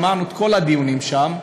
שמענו את כל הדיונים שם,